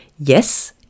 Yes